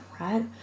right